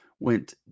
Went